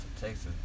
Texas